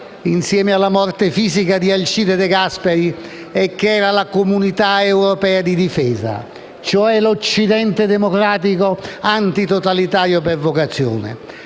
insieme alla morte fisica di Alcide de Gasperi e che era la Comunità europea di difesa, cioè l'Occidente democratico e antitotalitario per vocazione.